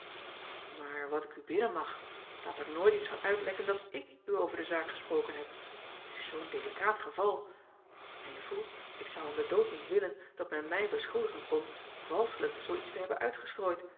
aar wat ik u bidden mag laat er nooit iets van uitlekken dat ik u over de zaak gesproken heb et is zoo n delikaat geval en je voelt ik zou om den dood niet willen dat men mij beschuldigen kon valschelijk zoo iets te hebben uitgestrooid